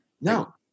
no